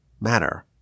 matter